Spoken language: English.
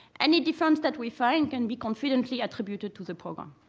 any difference that we find can be confidently attributed to the program.